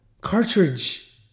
cartridge